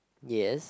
yes